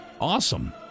Awesome